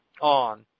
on